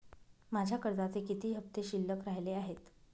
माझ्या कर्जाचे किती हफ्ते शिल्लक राहिले आहेत?